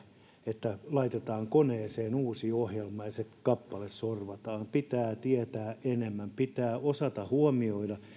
että laitetaan koneeseen uusi ohjelma ja se kappale sorvataan vaan pitää tietää enemmän pitää osata huomioida